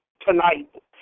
tonight